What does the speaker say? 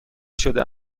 شده